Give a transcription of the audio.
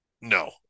No